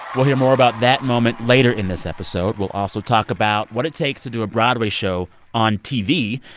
we'll hear more about that moment later in this episode. we'll also talk about what it takes to do a broadway show on tv,